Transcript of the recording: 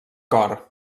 cor